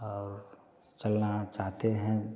और चलना चाहते हैं